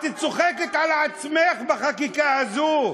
את צוחקת על עצמך בחקיקה הזאת.